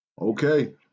Okay